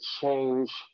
change